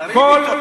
תריב אתו,